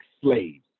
slaves